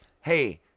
hey